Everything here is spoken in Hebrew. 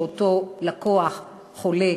שאותו לקוח חולה